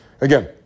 again